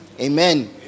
Amen